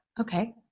okay